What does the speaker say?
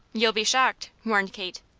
you'll be shocked, warned kate.